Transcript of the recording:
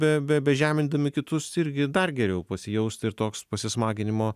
be be be žemindami kitus irgi dar geriau pasijausti ir toks pasismaginimo